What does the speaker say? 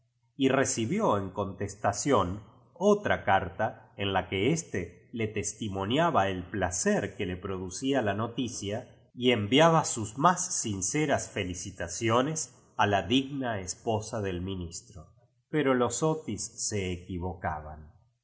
y recibió en contestación otra carta en la que éste le testimoniaba el placer que le producía la noticia y enviaba sus más sinceras felicitaciones a la digna es posa del ministro pero los otis se equivocaban